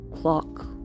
clock